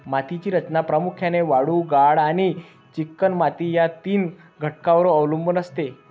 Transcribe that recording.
मातीची रचना प्रामुख्याने वाळू, गाळ आणि चिकणमाती या तीन घटकांवर अवलंबून असते